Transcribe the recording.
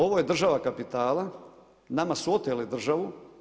Ovo je država kapitala, nama su oteli državu.